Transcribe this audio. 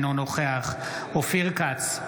אינו נוכח אופיר כץ,